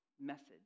message